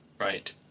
right